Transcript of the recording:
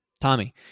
Tommy